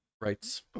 rights